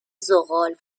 ذغال